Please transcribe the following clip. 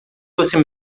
você